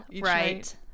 right